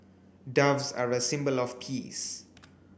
doves are a symbol of peace